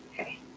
okay